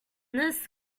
this